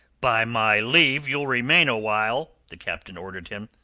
by my leave, you'll remain awhile, the captain ordered him.